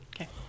okay